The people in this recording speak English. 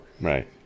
Right